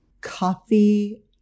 Coffee